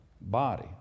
body